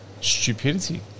stupidity